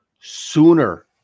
sooner